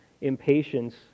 impatience